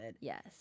Yes